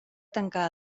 tancar